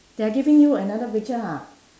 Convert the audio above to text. they're giving you another picture ha